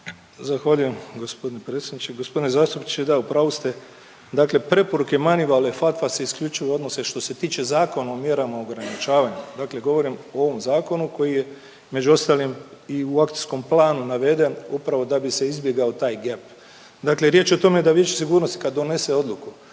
Zahvaljujem g. predsjedniče. Gospodine zastupniče, da u pravu ste, dakle preporuke Manivala i FATF-a se isključivo odnose što se tiče Zakona o mjerama ograničavanja, dakle govorim o ovom zakonu koji je među ostalim i u akcijskom planu naveden upravo da bi se izbjegao taj gep. Dakle riječ je o tome da je više sigurnosti kad donese odluku,